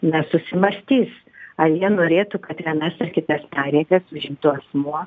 na susimąstys ar jie norėtų kad vienas ar kitas pareigas užimtų asmuo